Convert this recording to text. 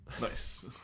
Nice